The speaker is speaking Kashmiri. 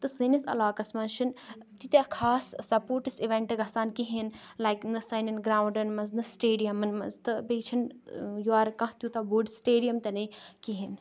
تہٕ سٲنِس علاقَس منٛز چھنہٕ تیٖتیاہ خاص سَپوٹٕس اِویٚنٹ گَژھان کِہیٖنۍ لایِک نہ سٲنیٚن گراوُنڈن منٛز نہ سٹیڈِیَمَن منٛز تہٕ بیٚیہِ چھنہٕ یورٕ کانہہ تیوٗتاہ بوٚڈ سٹیڈِیَمَ تنہِ کہیٖنۍ